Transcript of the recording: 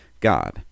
God